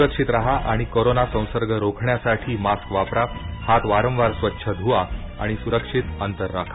सुरक्षित राहा आणि कोरोना संसर्ग रोखण्यासाठी मास्क वापरा हात वारंवार स्वच्छ धुवा सुरक्षित अंतर ठेवा